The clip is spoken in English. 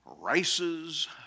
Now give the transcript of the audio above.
Races